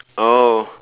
oh